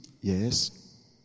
Yes